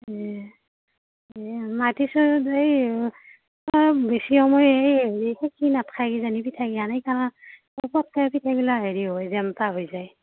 এই এই মাটিৰ চৰুত এই মই বেছি সময় এই হেৰি সেকি নাথকে কিজানি পিঠাগিলা সেইখানাত ওপৰফেলে পিঠাবিলাক হেৰি হয় জেমটা হৈ যায়